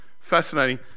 fascinating